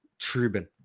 Trubin